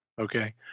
okay